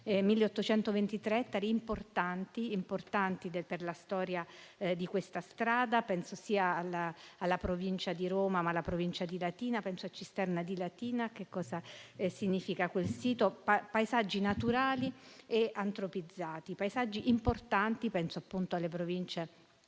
1.823 ettari importanti per la storia di questa strada. Penso alla provincia di Roma, ma anche alla provincia di Latina: penso a Cisterna di Latina e a che cosa significa quel sito. Sono paesaggi naturali e antropizzati, paesaggi importanti. Penso anche alle Province di Matera,